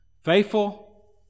faithful